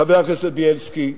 חבר הכנסת בילסקי,